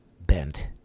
bent